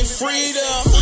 freedom